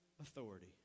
authority